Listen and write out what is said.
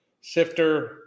Sifter